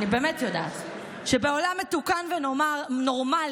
אני באמת יודעת שבעולם מתוקן ונורמלי,